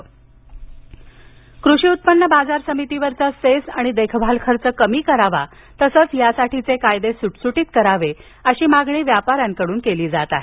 नवी मंबई कृषी उत्पन्न बाजार समितीवरील सेस आणि देखभाल खर्च कमी करावा तसंच यासाठीचे कायदे सुटसुटित करावेत अशी मागणी व्यापा यांकडून केली जात आहे